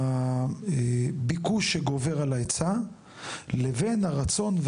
והביקוש שגובר על ההיצע לבין הרצון,